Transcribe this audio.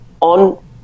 on